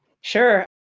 Sure